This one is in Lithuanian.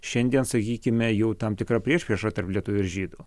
šiandien sakykime jų tam tikra priešprieša tarp lietuvių ir žydų